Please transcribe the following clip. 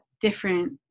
different